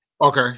okay